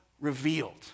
revealed